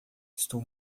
estou